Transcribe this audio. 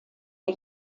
der